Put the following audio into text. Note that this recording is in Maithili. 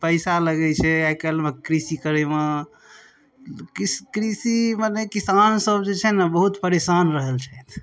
पइसा लगै छै आइकाल्हिमे कृषि करैमे कृषि मने किसानसब जे छै ने बहुत परेशान रहै छथि